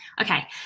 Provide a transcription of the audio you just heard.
okay